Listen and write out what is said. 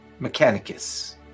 mechanicus